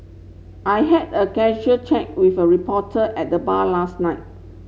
I had a casual chat with a reporter at the bar last night